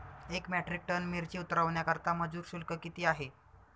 एक metric ton मिरची उतरवण्याकरता मजूर शुल्क किती आहे?